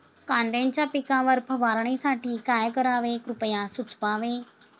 कांद्यांच्या पिकावर फवारणीसाठी काय करावे कृपया सुचवावे